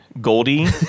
Goldie